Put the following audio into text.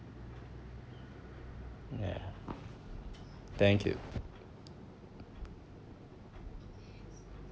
ya thank you